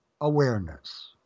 awareness